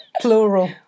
Plural